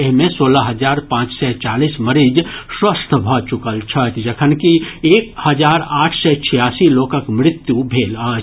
एहि मे सोलह हजार पांच सय चालीस मरीज स्वस्थ भऽ चुकल छथि जखनकि एक हजार आठ सय छियासी लोकक मृत्यु भेल अछि